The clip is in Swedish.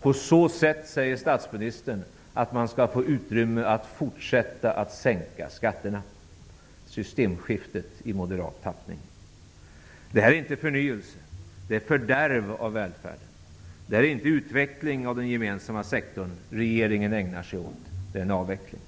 På så sätt säger statsministern att man skall få utrymme att fortsätta att sänka skatterna. Det är systemskiftet i moderat tappning. Det är inte förnyelse. Det är fördärv av välfärden. Det är inte utveckling av den gemensamma sektorn som regeringen ägnar sig åt. Det är en avveckling.